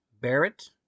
Barrett